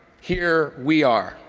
here we are.